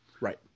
Right